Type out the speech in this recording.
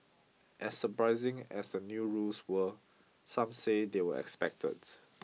as surprising as the new rules were some say they were expected